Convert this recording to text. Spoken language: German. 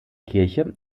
kirche